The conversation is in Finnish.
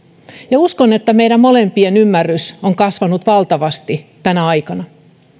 ja uskon että meidän molempien ymmärrys on kasvanut valtavasti tänä aikana